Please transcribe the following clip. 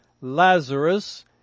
Lazarus